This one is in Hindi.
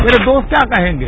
मेरे दोस्त क्या कहेंगे